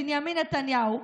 בנימין נתניהו,